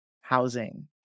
housing